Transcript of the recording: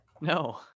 no